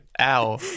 Ow